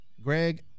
Greg